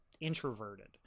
introverted